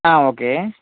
okay